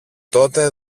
τότε